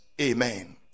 Amen